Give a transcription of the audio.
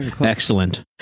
Excellent